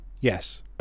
Yes